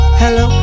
hello